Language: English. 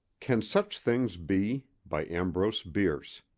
can such things be? by ambrose bierce